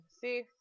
See